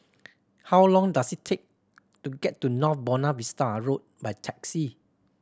how long does it take to get to North Buona Vista Road by taxi